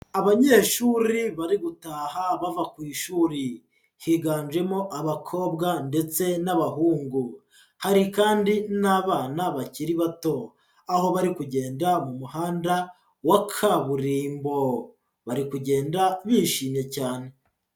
Abanyeshuri bari gutaha bava ku ishuri, higanjemo abakobwa ndetse n'abahungu. Hari kandi n'abana bakiri bato aho bari kugenda mu muhanda wa kaburimbo. Bari kugenda bishimye cyane.